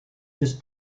this